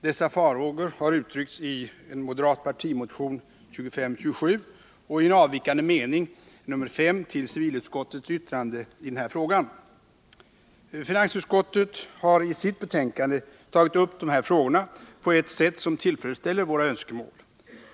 Dessa farhågor har uttryckts i en moderat partimotion, nr 2527, och i en avvikande mening, nr 5, till civilutskottets yttrande i denna fråga. Finansutskottet har i sitt betänkande tagit upp dessa frågor på ett sätt som tillfredsställer våra önskemål.